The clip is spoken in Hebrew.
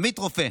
עמית רופא,